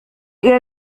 إلى